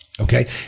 Okay